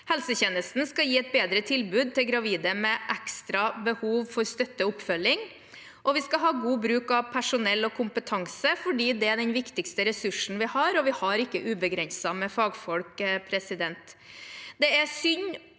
Helsetjenesten skal gi et bedre tilbud til gravide med ekstra behov for støtte og oppfølging. – Vi skal ha god bruk av personell og kompetanse, for det er den viktigste ressursen vi har, og vi har ikke ubegrenset med fagfolk.